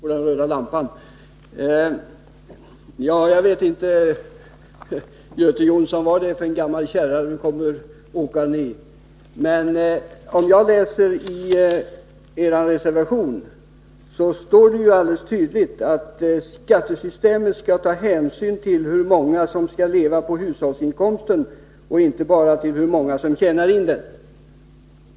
Herr talman! Jag vet inte, Göte Jonsson, vad det är för en gammal kärra ni kommer åkande i. Men om jag läser i er reservation, så finner jag att det står alldeles tydligt att skattesystemet skall ta hänsyn till hur många som kan leva på hushållsinkomsten och inte bara till hur många som tjänar in den.